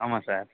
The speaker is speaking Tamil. ஆமாம் சார்